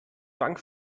bank